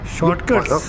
Shortcuts